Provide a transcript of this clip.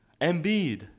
Embiid